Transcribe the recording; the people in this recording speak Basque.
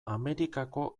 amerikako